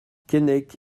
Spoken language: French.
keinec